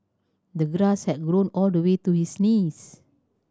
the grass had grown all the way to his knees